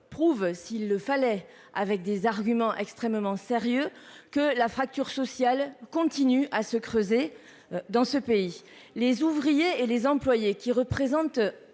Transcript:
Prouve, s'il le fallait, avec des arguments extrêmement sérieux que la fracture sociale continue à se creuser. Dans ce pays, les ouvriers et les employés qui représentent